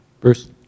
Bruce